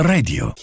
Radio